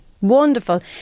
Wonderful